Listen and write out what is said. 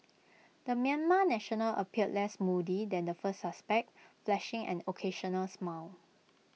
the Myanmar national appeared less moody than the first suspect flashing an occasional smile